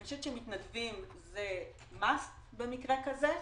אני חושבת שמתנדבים זה חובה במקרה כזה,